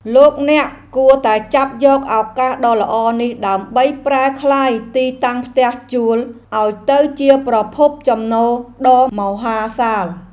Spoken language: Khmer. លោកអ្នកគួរតែចាប់យកឱកាសដ៏ល្អនេះដើម្បីប្រែក្លាយទីតាំងផ្ទះជួលឱ្យទៅជាប្រភពចំណូលដ៏មហាសាល។